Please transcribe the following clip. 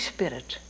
Spirit